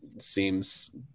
seems